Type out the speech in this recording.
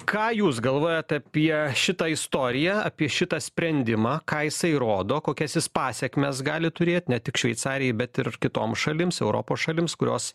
ką jūs galvojat apie šitą istoriją apie šitą sprendimą ką jisai rodo kokias jis pasekmes gali turėt ne tik šveicarijai bet ir kitom šalims europos šalims kurios